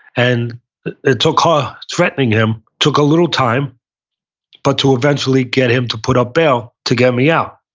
and it took her threatening him, took a little time but to eventually get him to put up bail, to get me out.